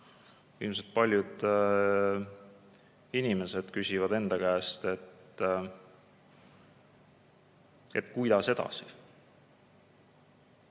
Ilmselt paljud inimesed küsivad enda käest, et kuidas edasi.